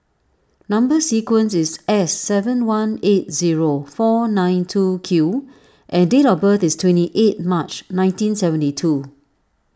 Number Sequence is S seven one eight zero four nine two Q and date of birth is twenty eight March nineteen seventy two